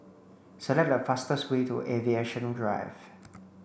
Select the fastest way to Aviation Drive